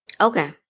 Okay